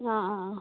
ആ ആ ആ